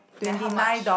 then how much